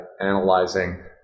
analyzing